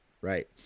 right